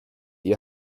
ihr